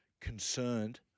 concerned